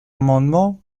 amendement